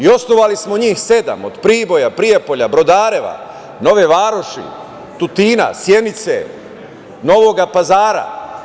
Osnovali smo njih sedam od Priboja, Prijepolja, Brodareva, Nove Varoši, Tutina, Sjenice, Novog Pazara.